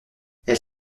elle